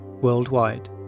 worldwide